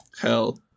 Hell